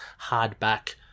hardback